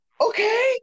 Okay